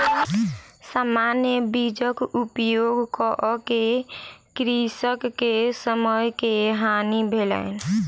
सामान्य बीजक उपयोग कअ के कृषक के समय के हानि भेलैन